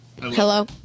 Hello